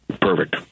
Perfect